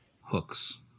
hooks